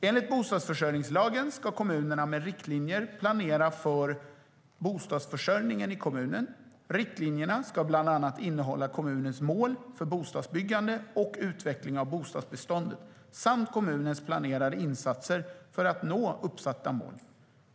Enligt bostadsförsörjningslagen ska kommunerna med riktlinjer planera för bostadsförsörjningen i kommunen. Riktlinjerna ska bland annat innehålla kommunens mål för bostadsbyggande och utveckling av bostadsbeståndet samt kommunens planerade insatser för att nå uppsatta mål.